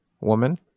Woman